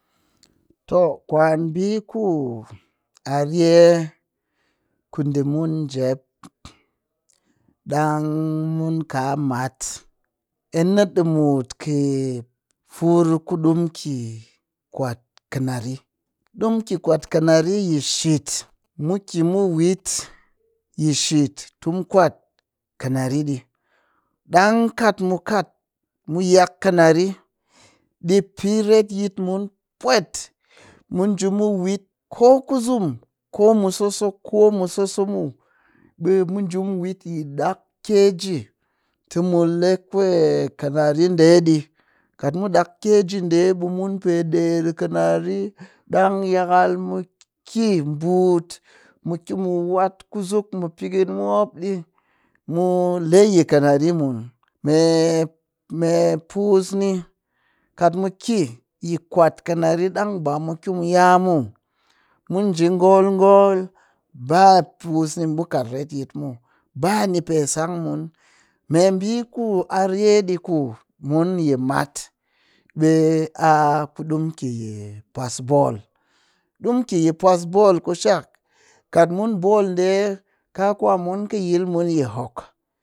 Too kwan ɓiiku a rye kudi mun njep ɗang mun ka mat, enna ɗi mut kɨ furr kuɗimu ki kwat kinari, ɗimu ki kwat kinari yi shit mu ki wit yi shi tɨ mu kwat kinari ɗii ɗang kat mu kat mu yak kinari ɗii pe retyit mun pwet mu nji mu wit ko kusum ko mu soso ko mu soso muw ɓe mu nji mu wit yi ɗak keji tɨ mule kwe kinari ɗedii kat mu ɗak keji ɗe ɓe mun pe ɗerr kinari, ɗang yakal mu ki buut mu ki mu wat kusuk mɨ pikɨnmu mop ɗii mule yi kinari mun. Me me pus ni kat mu ki ti kwat kinari ɗang ba mu ki ya muw, mu nji ngol ngol ba pus nimu kat reyit mu, ba ni pe sang mun meɓii ku a rye ɗi ku mun yi mat ɓe a ku ɗimu ki puas ball ɗimu ki puas ball ɗe kushak kat mun ball ɗe kaa kwamun kɨ yil mun hok